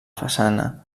façana